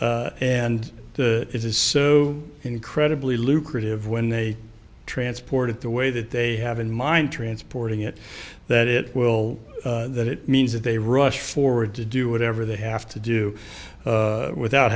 and it is so incredibly lucrative when they transported the way that they have in mind transporting it that it will that it means that they rush forward to do whatever they have to do without